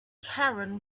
karen